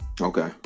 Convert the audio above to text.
Okay